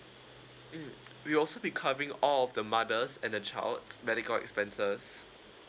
mm we'll also be covering all of the mother's and the child's medical expenses